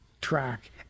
track